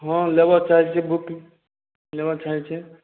हँ लेबऽ चाहय छियै बहुते लेबऽ चाहय छै